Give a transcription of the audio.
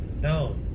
No